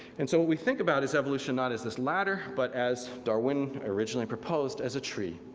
and so what we think about is evolution not as this ladder, but as darwin originally proposed, as a tree.